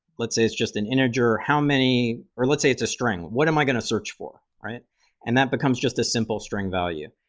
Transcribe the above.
let's say, it's just an integer, or how many or let's say it's a string. what am i going to search for? and that becomes just a simple string value.